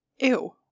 ew